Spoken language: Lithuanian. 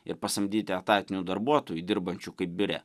ir pasamdyti etatinių darbuotojų dirbančių kaip biure